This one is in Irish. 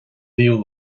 naoú